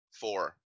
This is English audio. four